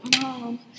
mom